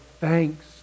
thanks